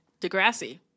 Degrassi